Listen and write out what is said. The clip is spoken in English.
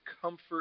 comfort